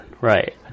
Right